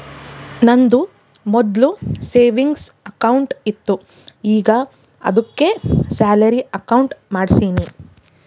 ನಂದು ಮೊದ್ಲು savings account ಇತ್ತು ಈಗ ಆದ್ದುಕೆ ಸ್ಯಾಲರಿ ಅಕೌಂಟ್ ಮಾಡ್ಸಿನಿ